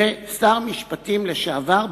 ושר משפטים לשעבר,